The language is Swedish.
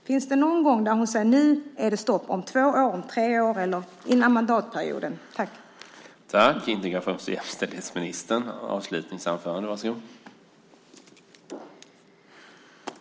Finns det någon gång som hon säger att nu är det stopp - om två år, om tre år eller innan mandatperioden tar slut?